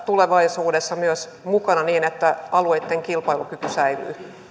tulevaisuudessa mukana niin että alueitten kilpailukyky säilyy